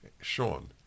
Sean